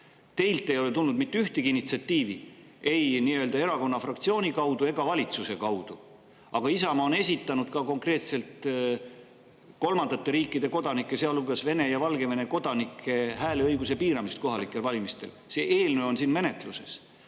Teilt ei ole tulnud mitte ühtegi initsiatiivi, ei erakonna fraktsiooni kaudu ega valitsuse kaudu, aga Isamaa on esitanud [eelnõu] konkreetselt kolmandate riikide kodanike, sealhulgas Vene ja Valgevene kodanike hääleõiguse piiramise kohta kohalikel valimistel. See eelnõu on menetluses,